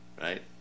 right